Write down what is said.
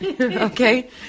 Okay